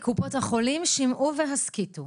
קופות החולים, שמעו והסכיתו.